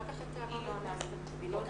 לא עונה.